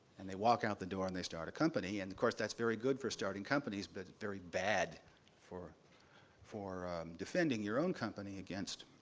and they walk out the door and they start a company. and of course, that's very good for starting companies, but very bad for for defending your own company against.